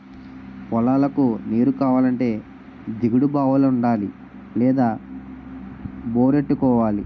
పొలాలకు నీరుకావాలంటే దిగుడు బావులుండాలి లేదా బోరెట్టుకోవాలి